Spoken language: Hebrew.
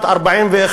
ב-1941,